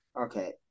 Okay